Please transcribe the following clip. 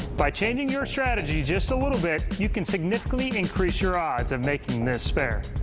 by changing your strategy just a little bit, you can significantly increase your odds of making this spare.